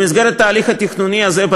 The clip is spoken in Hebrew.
במסגרת התהליך התכנוני הזה,